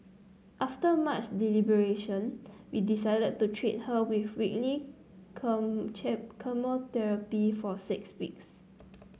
after much deliberation we decided to treat her with weekly chemotherapy for six weeks